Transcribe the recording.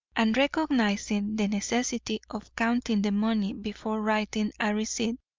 and recognising the necessity of counting the money before writing a receipt,